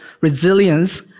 resilience